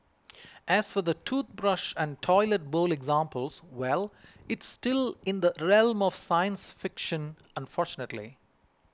as for the toothbrush and toilet bowl examples well it's still in the realm of science fiction unfortunately